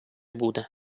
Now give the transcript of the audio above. буде